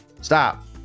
Stop